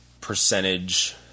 percentage